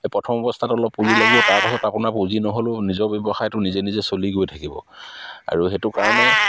এই প্ৰথম অৱস্থাত অলপ পুঁজি লাগিব তাৰপাছত আপোনাৰ পুঁজি নহ'লেও নিজৰ ব্যৱসায়টো নিজে নিজে চলি গৈ থাকিব আৰু সেইটো কাৰণে